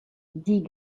dit